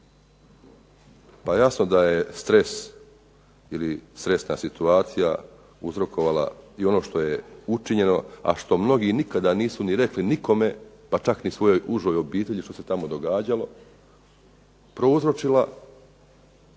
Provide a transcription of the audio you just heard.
Pa jasno da je stres ili stresna situacija uzrokovala i ono što je učinjeno, a što mnogi nikada nisu ni rekli nikome, pa čak ni svojoj užoj obitelji što se tamo događalo prouzročila